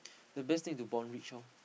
the best thing to born rich orh